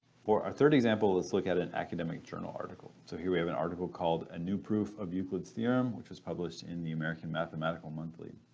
for our third example, let's look at an academic journal article. so here we have an article called a new proof of euclid's theorem which was published in the american mathematical monthly.